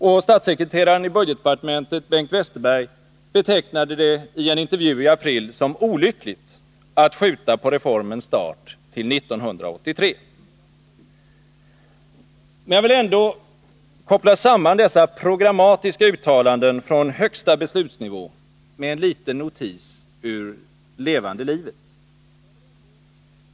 Och statssekreteraren i budgetdepartementet Bengt Westerberg betecknade det i en intervju i april som olyckligt att skjuta på reformens start till 1983. Men jag vill ändå koppla samman dessa programmatiska uttalanden från högsta beslutsnivå med en liten notis ur levande livet.